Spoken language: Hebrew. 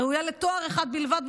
ראויה לתואר אחד בלבד,